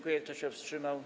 Kto się wstrzymał?